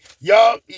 y'all